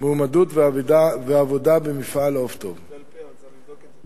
מועמדות ועבודה במפעל "עוף טוב".